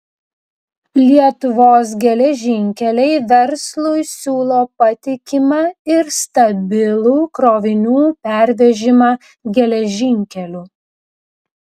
lietuvos geležinkeliai verslui siūlo patikimą ir stabilų krovinių pervežimą geležinkeliu